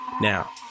Now